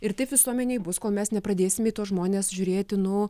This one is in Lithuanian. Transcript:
ir taip visuomenėj bus kol mes nepradėsim į tuos žmones žiūrėti nu